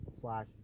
slash